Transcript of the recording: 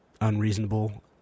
unreasonable